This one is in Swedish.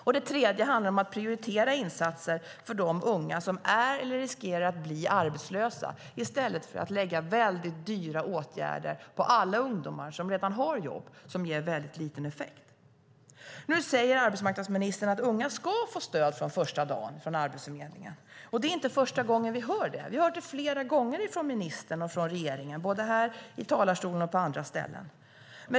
För det tredje handlar det om att prioritera insatser för de unga som är eller riskerar att bli arbetslösa, i stället för att lägga väldigt dyra åtgärder på alla ungdomar som redan har jobb. Det ger väldigt liten effekt. Nu säger arbetsmarknadsministern att unga ska få stöd från Arbetsförmedlingen från första dagen. Det är inte första gången vi hör det. Vi har hört det flera gånger från ministern och regeringen, både i talarstolen och på andra ställen.